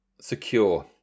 Secure